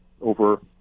over